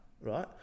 right